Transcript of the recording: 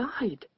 died